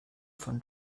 von